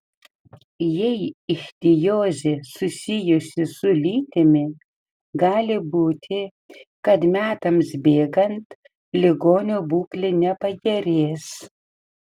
jei ichtiozė susijusi su lytimi gali būti kad metams bėgant ligonio būklė nepagerės